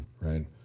right